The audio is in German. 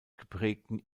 geprägten